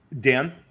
Dan